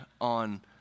on